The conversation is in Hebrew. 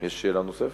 יש שאלה נוספת?